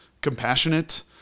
compassionate